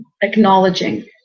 acknowledging